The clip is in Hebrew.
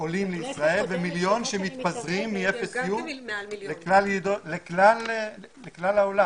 עולים לישראל ומיליון שמתפזרים לכלל העולם.